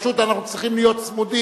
פשוט אנחנו צריכים להיות צמודים,